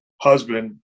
husband